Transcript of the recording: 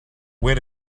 wait